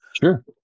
sure